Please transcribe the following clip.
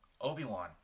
Obi-Wan